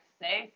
say